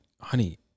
honey